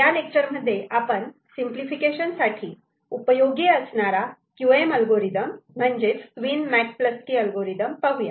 या लेक्चरमध्ये आपण सिंपलिफिकेशन साठी उपयोगी असणारा क्यू एम अल्गोरिदम म्हणजेच क़्वीन मॅक क्लसकी अल्गोरिदम पाहूया